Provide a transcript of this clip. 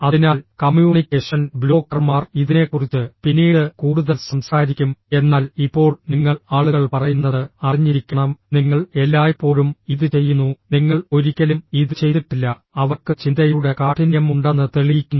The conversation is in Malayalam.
അതിനാൽ കമ്മ്യൂണിക്കേഷൻ ബ്ലോക്കർമാർ ഇതിനെക്കുറിച്ച് പിന്നീട് കൂടുതൽ സംസാരിക്കും എന്നാൽ ഇപ്പോൾ നിങ്ങൾ ആളുകൾ പറയുന്നത് അറിഞ്ഞിരിക്കണംഃ നിങ്ങൾ എല്ലായ്പ്പോഴും ഇത് ചെയ്യുന്നു നിങ്ങൾ ഒരിക്കലും ഇത് ചെയ്തിട്ടില്ല അവർക്ക് ചിന്തയുടെ കാഠിന്യം ഉണ്ടെന്ന് തെളിയിക്കുന്നു